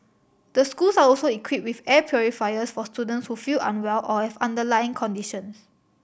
the schools are also equipped with air purifiers for students who feel unwell or have underlying conditions